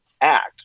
act